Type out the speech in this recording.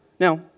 Now